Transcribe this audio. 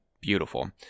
beautiful